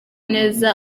neza